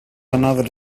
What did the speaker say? another